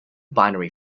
binary